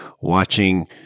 watching